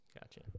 gotcha